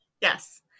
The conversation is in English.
Yes